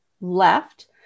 left